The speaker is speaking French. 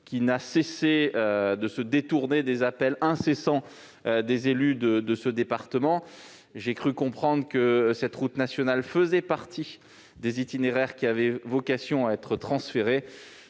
s'est constamment détourné des appels incessants lancés par les élus de ce département. J'ai cru comprendre que cette route nationale faisait partie des itinéraires qui avaient vocation à être transférés.